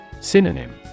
Synonym